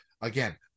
again